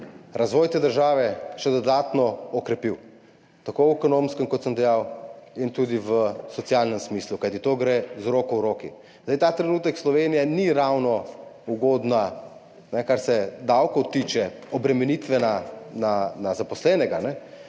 razvoj te države še dodatno okrepil tako v ekonomskem in tudi v socialnem smislu, kajti to gre z roko v roki. Ta trenutek Slovenija ni ravno ugodna, kar se davkov tiče, obremenitve na zaposlenega, o